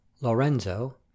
Lorenzo